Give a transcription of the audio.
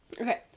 Okay